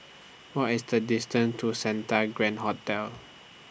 What IS The distance to Santa Grand Hotel